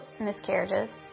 miscarriages